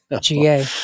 GA